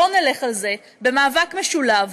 בואו נלך על זה במאבק משולב,